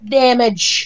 damage